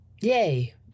Yay